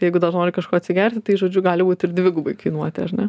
jeigu nori kažko atsigerti tai žodžiu gali būt ir dvigubai kainuoti ar ne